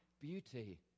beauty